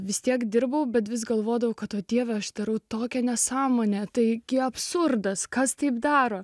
vis tiek dirbau bet vis galvodavau kad dievas tėra tokią nesąmonę taiki absurdas kas taip daro